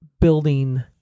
building